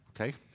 Okay